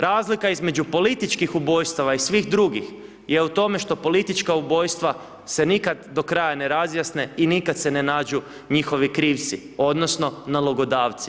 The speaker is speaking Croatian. Razlika između političkih ubojstava i svih drugih je u tome što politička ubojstva se nikada do kraja ne razjasne i nikada se ne nađu njihovi krivci odnosno nalogodavci.